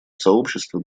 сообщество